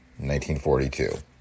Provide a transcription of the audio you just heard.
1942